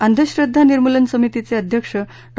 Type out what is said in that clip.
अंधश्रद्वा निर्मुलन समितीचे अध्यक्ष डॉ